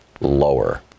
lower